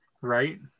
Right